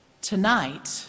tonight